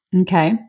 Okay